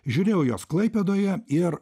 žiūrėjau jos klaipėdoje ir